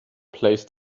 placed